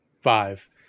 five